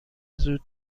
زود